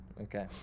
Okay